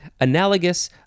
analogous